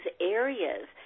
areas